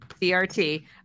CRT